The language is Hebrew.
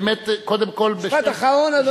מכובדי, אני באמת, קודם כול, משפט אחרון, אדוני.